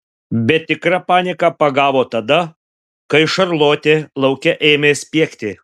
bet tikra panika pagavo tada kai šarlotė lauke ėmė spiegti